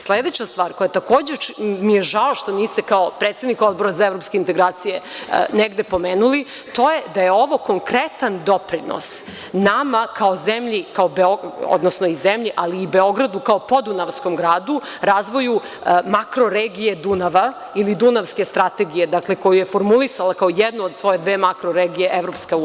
Sledeća stvar koja je, takođe mi je žao što niste kao predsednik Odbora za evropske integracije negde pomenuli, to je da je ovo konkretan doprinos nama kao zemlji, odnosno zemlji ali i Beogradu kao podunavskom gradu razvoju makro regije Dunava ili Dunavske strategije, dakle, koju je formulisao kao jednu od svoje dve makroregije EU.